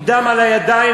עם דם על הידיים,